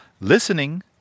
Listening